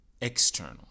external